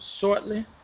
shortly